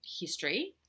history